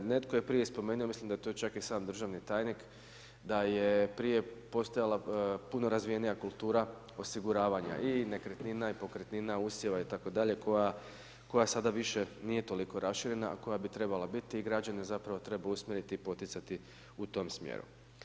Netko je prije spomenuo i mislim da je to čak sam državni tajnik da je prije postojala puno razvijenija kultura osiguravanja i nekretnina i pokretnina, usjeva itd. koja sada više nije toliko raširena a koja bi trebala biti i građane zapravo treba usmjeriti i poticati u tom smjeru.